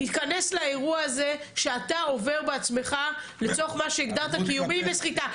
תתכנס לאירוע הזה שאתה עובר בעצמך לצורך מה שהגדרת כאיומים וסחיטה.